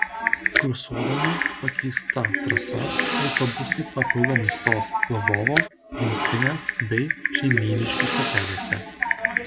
kursuodami pakeista trasa autobusai papildomai stos lvovo rinktinės bei šeimyniškių stotelėse